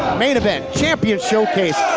main event, champion showcase.